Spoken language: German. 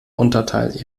unterteil